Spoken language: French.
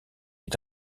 est